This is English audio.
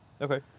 Okay